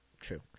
true